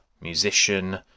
musician